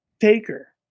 taker